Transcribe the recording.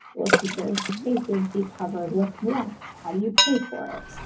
well, teachers faces be covered with what? how do you pay for it?